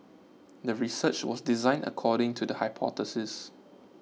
the research was designed according to the hypothesis